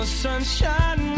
sunshine